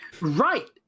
Right